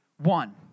one